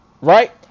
right